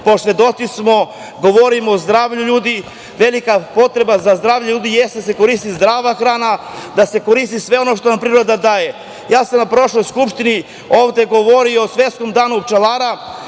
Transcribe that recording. još jednom, govorimo o zdravlju ljudi, velika potreba za zdravljem ljudi jeste da se koristi zdrava hrana, da se koristi sve ono što nam priroda daje. Ja sam na prošloj Skupštini ovde govorio o Svetskom danu pčelara,